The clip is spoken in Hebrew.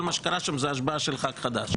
כל מה שקרה שם זה השבעה של ח"כ חדש.